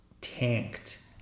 tanked